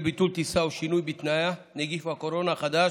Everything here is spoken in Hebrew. בשל ביטול טיסה או שינוי בתנאיה) (נגיף הקורונה החדש,